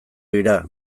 dira